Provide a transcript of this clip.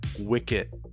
Wicket